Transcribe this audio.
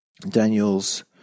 Daniel's